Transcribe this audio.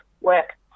work